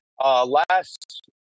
Last